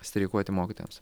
streikuoti mokytojams